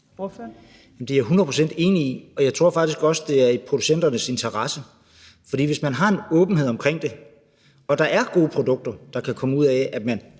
procent enig i. Og jeg tror faktisk også, at det er i producenternes interesse, hvis man har en åbenhed omkring det. Og der kan komme gode produkter ud af, at man